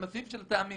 אנחנו בסעיף של הטעמים.